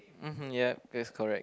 mmhmm yup that's correct